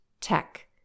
tech